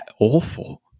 awful